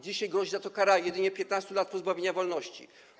Dzisiaj grozi za to kara jedynie 15 lat pozbawienia wolności.